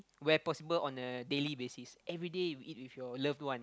where possible on a daily basis everyday we eat with your loved ones